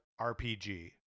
rpg